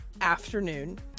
afternoon